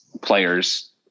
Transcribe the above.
players